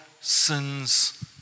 sins